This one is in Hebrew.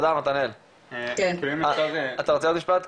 מתנאל אתה רוצה עוד משפט?